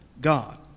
God